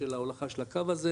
של ההולכה של הקו הזה,